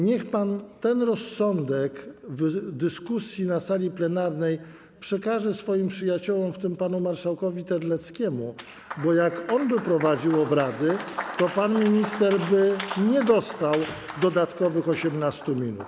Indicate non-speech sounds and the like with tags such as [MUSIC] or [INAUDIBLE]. Niech pan ten rozsądek w dyskusji na sali plenarnej przekaże swoim przyjaciołom, w tym panu marszałkowi Terleckiemu, [APPLAUSE] bo jak on by prowadził obrady, to pan minister by nie dostał dodatkowych 18 minut.